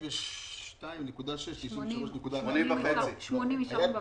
הסכום של 92.6, 93.5. 80 אישרנו בוועדה.